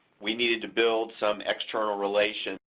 we needed to build some external relations,